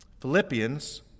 Philippians